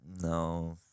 No